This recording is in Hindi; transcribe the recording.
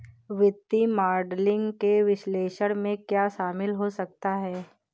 वित्तीय मॉडलिंग के विश्लेषण में क्या शामिल हो सकता है?